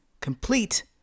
complete